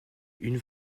une